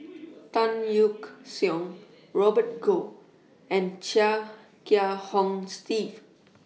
Tan Yeok Seong Robert Goh and Chia Kiah Hong Steve